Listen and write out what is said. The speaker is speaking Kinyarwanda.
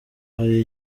hari